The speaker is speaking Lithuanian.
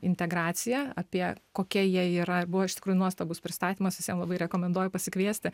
integraciją apie kokie jie yra buvo iš tikrųjų nuostabus pristatymas visiem labai rekomenduoju pasikviesti